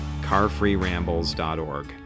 carfreerambles.org